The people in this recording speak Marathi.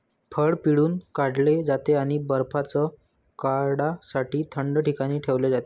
फळ पिळून काढले जाते आणि बर्याच काळासाठी थंड ठिकाणी ठेवले जाते